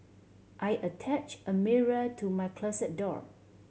I attached a mirror to my closet door